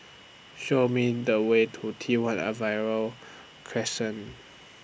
Show Me The Way to T one Arrival Crescent